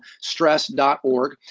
stress.org